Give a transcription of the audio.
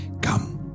come